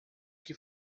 que